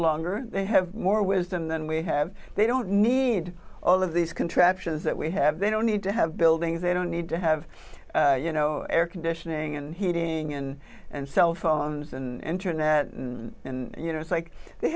longer they have more wisdom than we have they don't need all of these contraptions that we have they don't need to have buildings they don't need to have you know air conditioning and heating and and cell phones and internet and you know it's like they